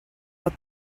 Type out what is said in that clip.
but